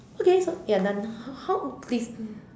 okay ya done how how